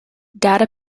data